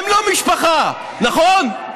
הם לא משפחה, נכון?